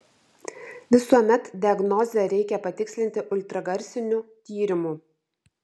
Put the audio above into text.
visuomet diagnozę reikia patikslinti ultragarsiniu tyrimu